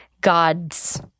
God's